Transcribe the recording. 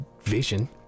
vision